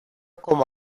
como